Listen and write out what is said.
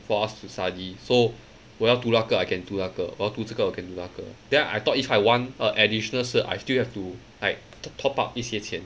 for us to study so 我要读那个 I can 读那个 or 读这个我给那个 then I thought if I want a additional cert I still have to like the top up 一些钱